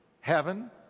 heaven